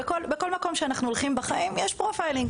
בכל מקום שאנחנו הולכים בחיים יש "פרופיילינג".